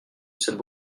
cette